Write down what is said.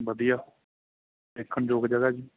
ਵਧੀਆ ਦੇਖਣਯੋਗ ਜਗ੍ਹਾ ਜੀ